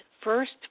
first